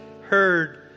heard